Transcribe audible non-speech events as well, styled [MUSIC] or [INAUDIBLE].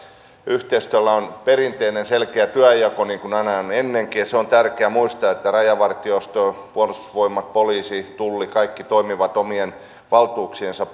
yhteistyöllä on perinteinen selkeä työnjako niin kuin on ollut aina ennenkin se on tärkeä muistaa että rajavartiosto puolustusvoimat poliisi tulli kaikki toimivat omien valtuuksiensa [UNINTELLIGIBLE]